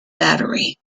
battery